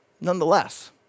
nonetheless